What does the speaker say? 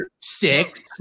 six